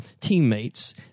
teammates